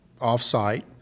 off-site